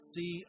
see